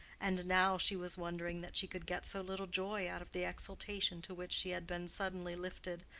and now she was wondering that she could get so little joy out of the exultation to which she had been suddenly lifted,